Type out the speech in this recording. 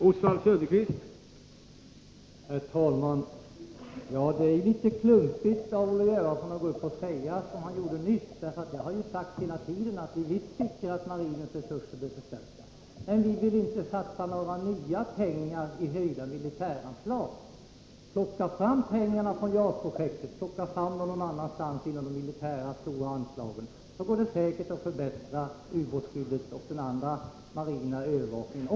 Herr talman! Det är litet klumpigt av Olle Göransson att yttra sig på det sätt som han nyss gjorde, för jag har ju hela tiden sagt att vi inom vpk visst tycker att marinens resurser bör förstärkas. Men vi vill inte satsa några nya pengar i höjda militära anslag. Plocka fram pengarna från JAS-projektet eller någon annanstans från de stora militära anslagen! Då går det säkert att förbättra ubåtsskyddet och även den andra marina övervakningen.